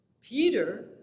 Peter